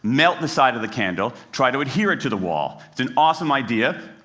melt the side of the candle, try to adhere it to the wall. it's an awesome idea.